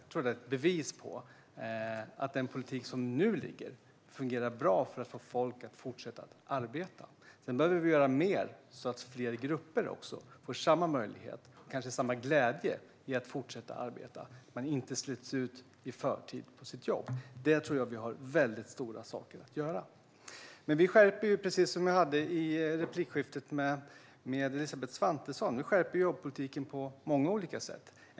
Jag tror att det är ett bevis på att den politik som nu ligger fungerar bra för att få folk att fortsätta att arbeta. Sedan behöver vi göra mer så att fler grupper får samma möjlighet och kanske samma glädje i att fortsätta arbeta men inte slits ut i förtid på sitt jobb. Där tror jag att vi har väldigt stora saker att göra. Men precis som jag sa i replikskiftet med Elisabeth Svantesson skärper vi jobbpolitiken på många olika sätt.